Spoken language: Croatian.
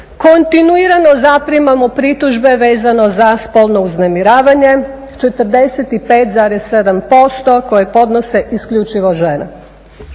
Kontinuirano zaprimamo pritužbe vezano za spolno uznemiravanje. 45,7% koje podnose isključivo žene.